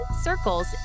circles